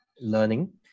learning